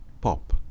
pop